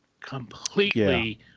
completely